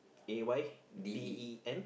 A Y D E N